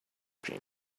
cream